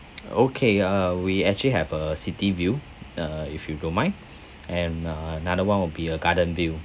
okay uh we actually have a city view uh if you don't mind and uh another [one] will be a garden view